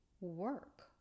work